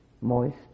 moist